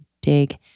dig